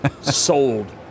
Sold